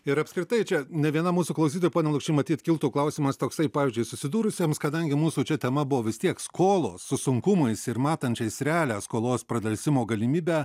ir apskritai čia ne vienam mūsų klausytojui pone luk matyt kiltų klausimas toksai pavyzdžiui susidūrusiems kadangi mūsų čia tema buvo vis tiek skolos su sunkumais ir matančiais realią skolos pradelsimo galimybę